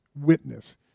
witness